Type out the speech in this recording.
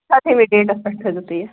سدہٲیمہِ dates پٮ۪ٹھ تھٲیزیو تُہۍ یہِ